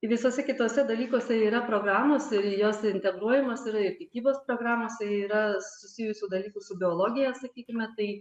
visuose kituose dalykuose yra programos ir jos integruojamos yra ir tikybos programose yra susijusių dalykų su biologija sakykime tai